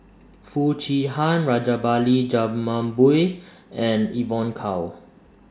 Foo Chee Han Rajabali Jumabhoy and Evon Kow